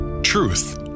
Truth